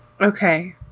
Okay